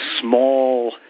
small